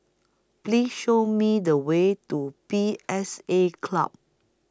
Please Show Me The Way to P S A Club